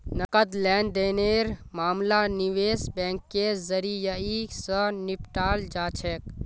नकद लेन देनेर मामला निवेश बैंकेर जरियई, स निपटाल जा छेक